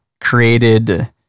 created